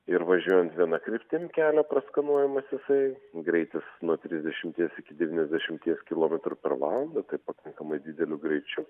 ir važiuojant viena kryptim kelio praskanuojamas jisai greitis nuo trisdešimties iki devyniasdešimties kilometrų per valandą tai pakankamai dideliu greičiu